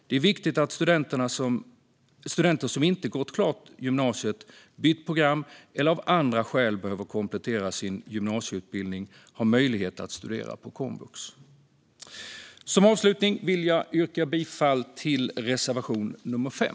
Det är viktigt att studenter som inte gått klart gymnasiet, bytt program eller av andra skäl behöver komplettera sin gymnasieutbildning har möjlighet att studera på komvux. Som avslutning vill jag yrka bifall till reservation nr 5.